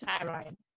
thyroid